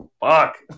fuck